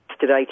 today